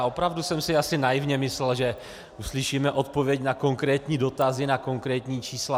Opravdu jsem si asi naivně myslel, že uslyšíme odpověď na konkrétní dotazy, na konkrétní čísla.